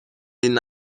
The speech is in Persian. این